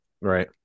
Right